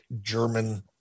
German